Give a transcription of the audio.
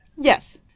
Yes